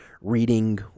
reading